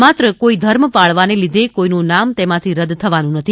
માત્ર કોઈ ધર્મ પાળવાને લીધે કોઈનું નામ તેમાથી રદ્દ થવાનું નથી